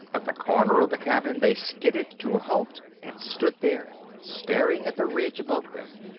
at the corner of the cabin, they skidded to a halt and stood there, staring at the ridge above them.